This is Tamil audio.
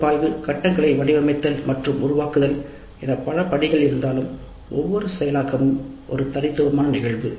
பகுப்பாய்வு கட்டங்களை வடிவமைத்தல் மற்றும் உருவாக்குதல் என பல பணிகள் இருந்தாலும் ஒவ்வொரு செயலாக்கமும் ஒரு தனித்துவமான நிகழ்வு